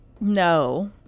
No